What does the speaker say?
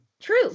True